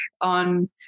on